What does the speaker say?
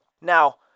Now